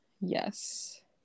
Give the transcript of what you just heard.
Yes